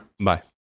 Bye